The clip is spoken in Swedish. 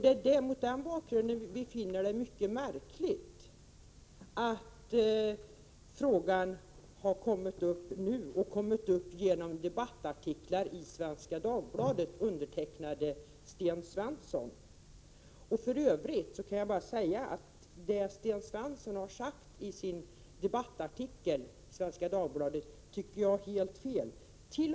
Det är mot denna bakgrund som vi finner det mycket märkligt att frågan har tagits upp nu och att den har tagits upp i debattartiklar i Svenska Dagbladet undertecknade av Sten Svensson. I övrigt vill jag säga att jag tycker att det som Sten Svensson har sagt i sina debattartiklar i Svenska Dagbladet är helt fel.